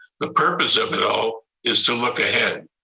the purpose of it all is to look ahead.